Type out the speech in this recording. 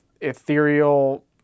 ethereal